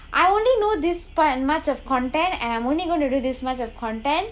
I only know this part much of content and I'm only going to do this much of content